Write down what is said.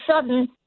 sudden